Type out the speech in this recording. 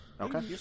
Okay